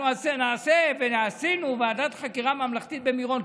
אנחנו נעשה ועשינו ועדת חקירה במירון,